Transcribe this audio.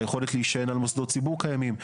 היכולת להישען על מוסדות ציבור קיימים.